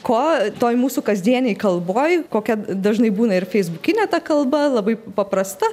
ko toj mūsų kasdienėj kalboj kokia dažnai būna ir feisbukinė ta kalba labai paprasta